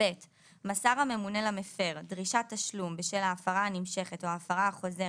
מסר הממונה למפר דרישת תשלום בשל ההפרה הנמשכת או ההפרה החוזרת,